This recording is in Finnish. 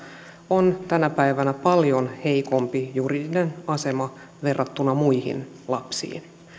on tänä päivänä paljon heikompi juridinen asema verrattuna muihin